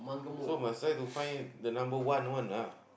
so must try to find the number one one lah